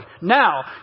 Now